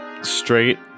straight